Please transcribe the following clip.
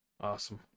Awesome